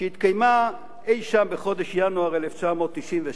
שהתקיימה אי-שם בחודש ינואר 1997,